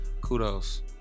Kudos